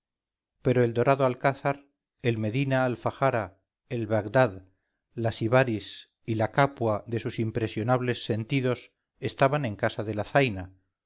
pero el dorado alcázar el medina al fajara el bagdad la sibaris y la capua de sus impresionables sentidos estaban en casa de la zaina